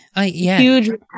huge